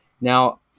Now